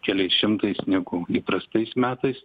keliais šimtais negu įprastais metais